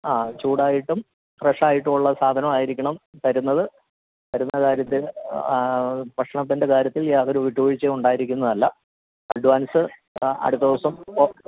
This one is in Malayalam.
ആ ചൂടായിട്ടും ഫ്രഷായിട്ടുള്ള സാധനവും ആയിരിക്കണം തരുന്നത് തരുന്ന കാര്യത്തിൽ ഭക്ഷണത്തിൻ്റെ കാര്യത്തിൽ യാതൊരു വിട്ടുവീഴ്ചയും ഉണ്ടായിരിക്കുന്നതല്ല അഡ്വാൻസ് അടുത്ത ദിവസം